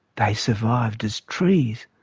they survived as trees.